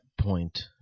point